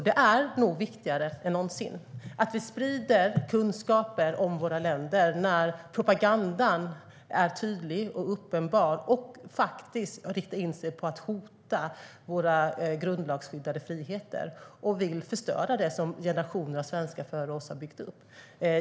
Det är viktigare än någonsin att vi sprider kunskaper om våra länder när propagandan är tydlig och uppenbar och faktiskt riktar in sig på att hota våra grundlagsskyddade friheter och vill förstöra det som generationer av svenskar före oss har byggt upp.